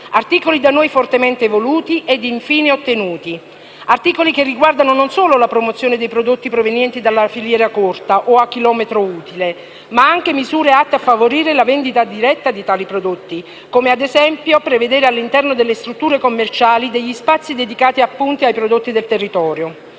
articoli da noi fortemente voluti ed infine ottenuti, articoli che riguardano non solo la promozione dei prodotti provenienti da filiera corta o a chilometro utile, ma anche misure atte a favorire la vendita diretta di tali prodotti, come ad esempio prevedere all'interno delle strutture commerciali degli spazi dedicati appunto ai prodotti del territorio.